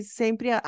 sempre